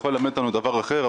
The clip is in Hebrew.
יכול ללמד אותנו דבר אחר,